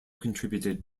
contributed